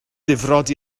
difrod